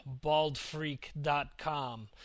BaldFreak.com